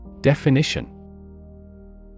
Definition